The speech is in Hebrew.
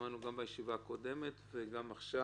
שמענו את זה גם בישיבה הקודמת וגם עכשיו.